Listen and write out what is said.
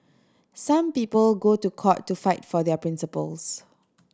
some people go to court to fight for their principles